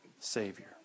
Savior